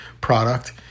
product